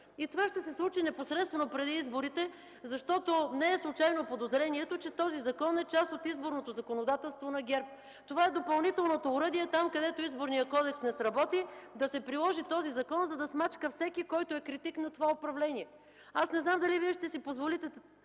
Това ще се случи непосредствено преди изборите, защото не е случайно подозрението, че този закон е част от изборното законодателство на ГЕРБ. Това е допълнителното оръдие – там, където Изборният кодекс не сработи, да се приложи този закон, за да смачка всеки, който е критик на това управление. Аз не знам дали Вие ще си позволите